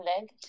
leg